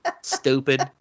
Stupid